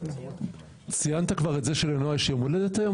ההשגה נדחתה.